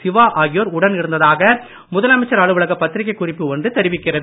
சிவா ஆகியோர் உடன் இருந்ததாக முதலமைச்சர் அலுவலக பத்திரிகை குறிப்பு ஒன்று தெரிவிக்கிறது